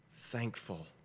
thankful